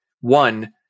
one